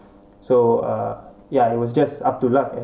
so uh ya it was just up to luck as